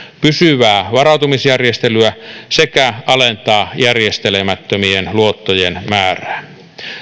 pysyvää varautumisjärjestelyä sekä alentaa järjestelemättömien luottojen määrää